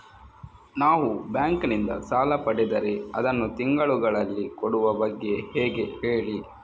ನಾವು ಬ್ಯಾಂಕ್ ನಿಂದ ಸಾಲ ಪಡೆದರೆ ಅದನ್ನು ತಿಂಗಳುಗಳಲ್ಲಿ ಕೊಡುವ ಬಗ್ಗೆ ಹೇಗೆ ಹೇಳಿ